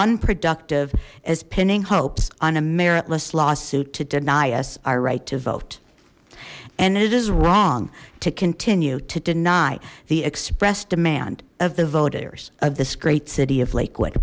unproductive as pinning hopes on a meritless lawsuit to deny us our right to vote and it is wrong to continue to deny the expressed demand of the voters of this great city of lakewood